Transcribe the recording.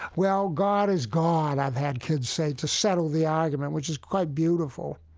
well, god is god, i've had kids say to settle the argument, which is quite beautiful.